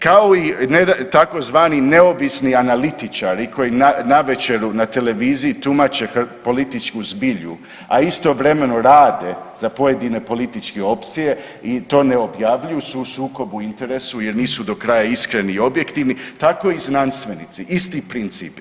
Kao i tzv. neovisni analitičari koji navečer na televiziji tumače političku zbilju, a istovremeno rade za pojedine političke opcije i to ne objavljuju su u sukobu interesa jer nisu do kraja iskreni i objektivni, tako i znanstvenici, isti princip.